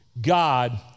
God